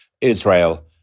Israel